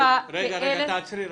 (מחיאות כפיים באולם הוועדה.) תעצרי רגע,